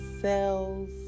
cells